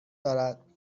دارد